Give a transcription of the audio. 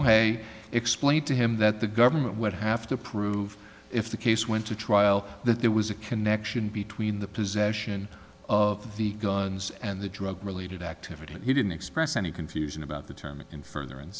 way explained to him that the government would have to prove if the case went to trial that there was a connection between the possession of the guns and the drug related activity and he didn't express any confusion about the term in furtheran